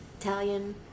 Italian